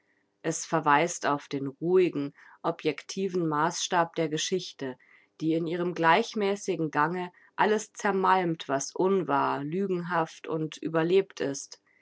es verweist auf den ruhigen objectiven maßstab der geschichte die in ihrem gleichmäßigen gange alles zermalmt was unwahr lügenhaft und überlebt ist